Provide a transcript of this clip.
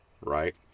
right